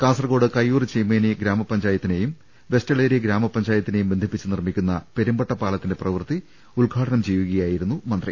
കാസർക്കോട്ട് കയ്യൂർ ചീമേനി ഗ്രാമപഞ്ചായത്തിനെയും വെസ്റ്റ് എളേരി ഗ്രാമപഞ്ചായ ത്തിനെയും ബന്ധിപ്പിച്ച് നിർമ്മിക്കുന്ന പെരുമ്പട്ട പാലത്തിന്റെ പ്രവൃത്തി ഉദ്ഘാടനം ചെയ്യുകയായിരുന്നു മന്ത്രി